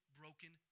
broken